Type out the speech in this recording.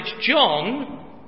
John